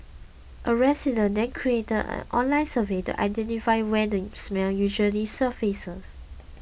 a resident then created an online survey to identify when the smell usually surfaces